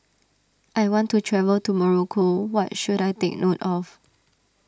I want to travel to Morocco what should I take note of